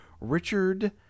Richard